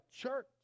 church